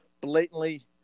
blatantly